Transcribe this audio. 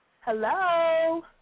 Hello